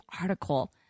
article